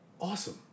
awesome